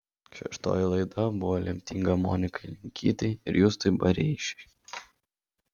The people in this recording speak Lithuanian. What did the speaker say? šeštoji laida buvo lemtinga monikai linkytei ir justui bareišiui